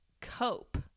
cope